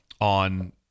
On